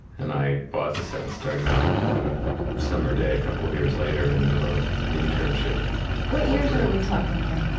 and i bought the seven storey mountain one summer day a couple of years later in the middle of an internship what years are we talking here?